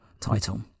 title